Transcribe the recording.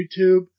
youtube